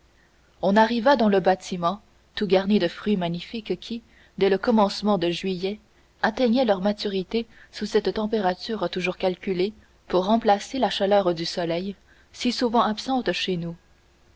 on arriva dans le bâtiment tout garni de fruits magnifiques qui dès le commencement de juillet atteignaient leur maturité sous cette température toujours calculée pour remplacer la chaleur du soleil si souvent absente chez nous